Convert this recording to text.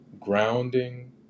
grounding